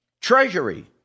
Treasury